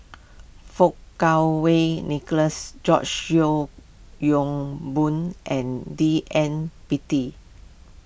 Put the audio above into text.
Fang Kuo Wei Nicholas George Yeo Yong Boon and D N Pritt